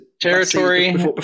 territory